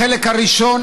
החלק הראשון,